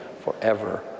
forever